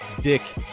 dick